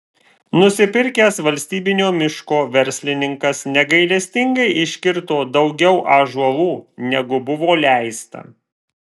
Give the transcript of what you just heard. nusipirkęs valstybinio miško verslininkas negailestingai iškirto daugiau ąžuolų negu buvo leista